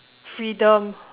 freedom